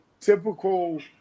typical